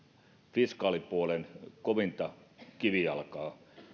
fiskaalipuolen kovinta kivijalkaa